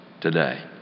today